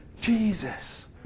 Jesus